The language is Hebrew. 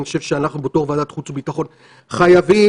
אני חושב שאנחנו בתור ועדת חוץ וביטחון חייבים